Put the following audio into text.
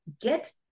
get